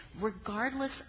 regardless